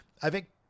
avec